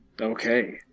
Okay